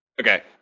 Okay